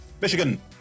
Michigan